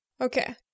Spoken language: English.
Okay